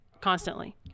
constantly